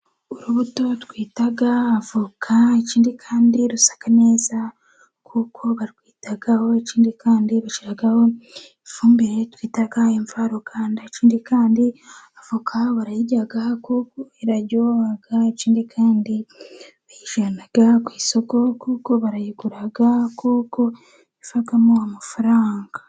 Urubuto twita avoka, ikindi kandi rusa neza kuko barwitaho, ikindi kandi bashyiraho ifumbire twita imvaruganda, ikindi kandi avoka barayirya kuko iraryoha, ikindi kandi bayijyana ku isoko, kuko barayigura kuko ivamo amafaranga.